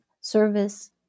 service